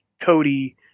Cody